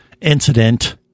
incident